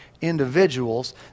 individuals